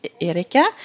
Erika